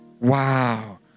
Wow